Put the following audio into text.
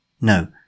No